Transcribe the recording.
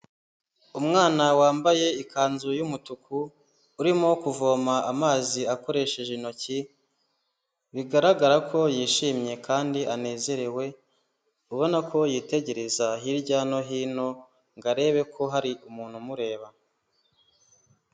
Umwana wambaye ikanzu y'umutuku urimo kuvoma amazi akoresheje intoki bigaragara ko yishimye kandi anezerewe ubona ko yitegereza hirya no hino ngo arebe ko hari umuntu umureba.